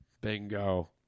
Bingo